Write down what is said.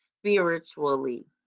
spiritually